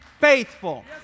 faithful